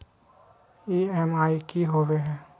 EMI की होवे है?